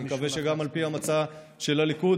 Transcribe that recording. אני מקווה שגם על פי המצע של הליכוד,